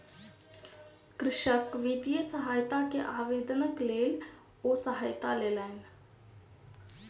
कृषक वित्तीय सहायता के आवेदनक लेल ओ सहायता लेलैन